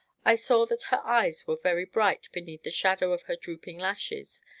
i saw that her eyes were very bright beneath the shadow of her drooping lashes,